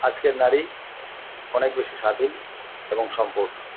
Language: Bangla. আজকের নারী অনেক বেশি স্বাধীন এবং সম্পূর্ণ